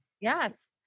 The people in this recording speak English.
Yes